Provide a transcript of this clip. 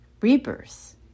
rebirth